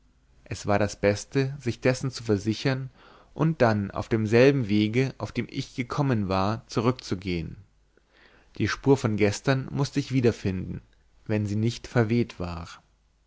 es war das beste sich dessen zu versichern und dann auf demselben wege auf dem ich gekommen war zurückzugehen die spur von gestern mußte ich wiederfinden wenn sie nicht verweht war